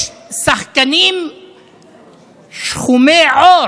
יש שחקנים שחומי עור